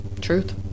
truth